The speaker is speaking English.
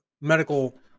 medical